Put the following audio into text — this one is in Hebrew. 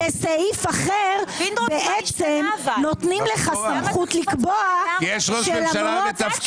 אבל בסעיף אחר בעצם נותנים לך סמכות לקבוע שלמרות --- פינדרוס,